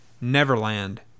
Neverland